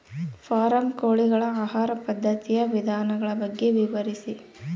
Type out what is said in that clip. Form ಕೋಳಿಗಳ ಆಹಾರ ಪದ್ಧತಿಯ ವಿಧಾನಗಳ ಬಗ್ಗೆ ವಿವರಿಸಿ?